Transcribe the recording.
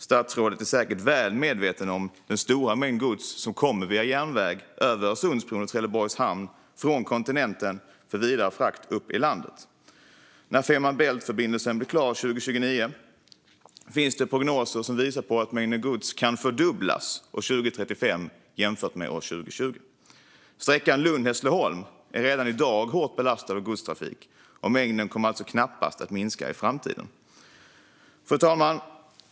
Statsrådet är säkert väl medveten om den stora mängd gods som kommer via järnväg över Öresundsbron och Trelleborgs hamn från kontinenten för vidare frakt upp i landet. När Fehmarn Bält-förbindelsen blir klar 2029 finns det prognoser som visar på att mängden gods kan fördubblas år 2035 jämfört med år 2020. Sträckan Lund-Hässleholm är redan i dag hårt belastad av godstrafik, och mängden kommer alltså knappast att minska i framtiden. Fru talman!